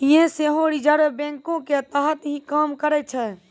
यें सेहो रिजर्व बैंको के तहत ही काम करै छै